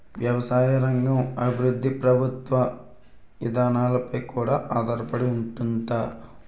ఎవసాయ రంగ అభివృద్ధి ప్రభుత్వ ఇదానాలపై కూడా ఆధారపడి ఉంతాది